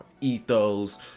ethos